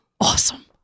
Awesome